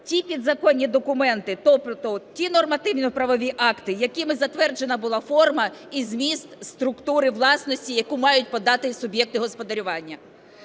ті підзаконні документи, тобто ті нормативно-правові акти, якими затверджена була форма і зміст структури власності, яку мають подати суб'єкти господарювання.